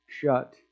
shut